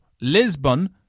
Lisbon